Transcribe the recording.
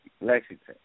Lexington